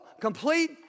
complete